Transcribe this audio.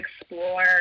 explore